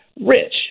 rich